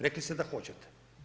Rekli ste da hoćete.